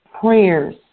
prayers